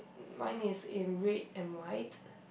mine is in red and white